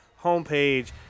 homepage